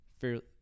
fairly